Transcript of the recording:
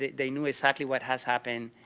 they knew exactly what has happened,